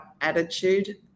attitude